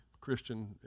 Christian